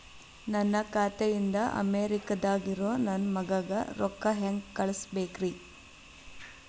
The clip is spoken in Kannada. ನನ್ನ ಖಾತೆ ಇಂದ ಅಮೇರಿಕಾದಾಗ್ ಇರೋ ನನ್ನ ಮಗಗ ರೊಕ್ಕ ಹೆಂಗ್ ಕಳಸಬೇಕ್ರಿ?